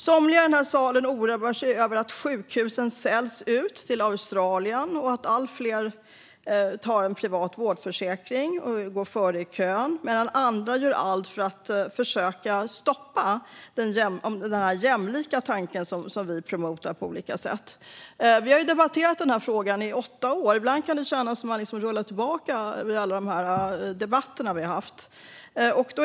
Somliga i den här salen oroar sig över att sjukhusen säljs ut till Australien och att allt fler tar en privat vårdförsäkring och går före i kön, medan andra gör allt för att försöka stoppa den jämlikhetstanke som vi på olika sätt promotar. Vi har debatterat den här frågan i åtta år. Ibland kan det kännas som att man rullar tillbaka genom alla de debatter vi haft.